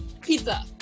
Pizza